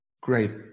Great